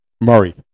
Murray